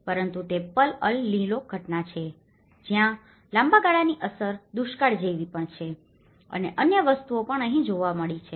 પરંતુ તે પણ અલ નીનો ઘટના છે જ્યાં લાંબા ગાળાની અસર દુષ્કાળ જેવી પણ છે અને અન્ય વસ્તુઓ પણ અહીં જોવા મળી છે